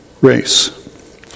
race